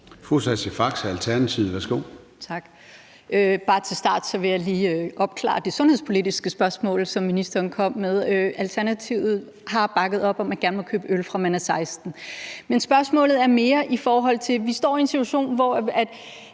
Sascha Faxe (ALT): Tak. Bare til en start vil jeg lige opklare og give svaret på det sundhedspolitiske spørgsmål, som ministeren kom med. Alternativet har bakket op om, at man gerne må købe øl, fra man er 16 år. Men spørgsmålet er mere i forhold til det, at vi står i en situation, hvor